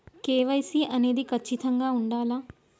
KYC అనేది ఖచ్చితంగా ఉండాలా?